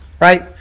right